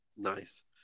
Nice